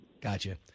Gotcha